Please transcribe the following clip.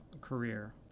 career